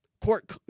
court